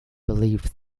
believed